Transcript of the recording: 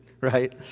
right